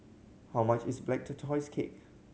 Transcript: how much is Black Tortoise Cake